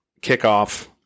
kickoff